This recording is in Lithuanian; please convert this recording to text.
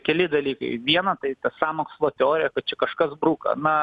keli dalykai viena tai ta sąmokslo teorija kad čia kažkas bruka na